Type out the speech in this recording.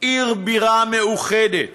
עיר בירה מאוחדת